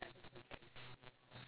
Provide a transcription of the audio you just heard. ya ya ya